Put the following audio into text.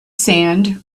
sand